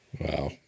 Wow